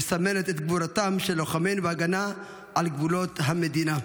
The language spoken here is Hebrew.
מסמלת את גבורתם של לוחמינו בהגנה על גבולות המדינה.